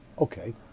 okay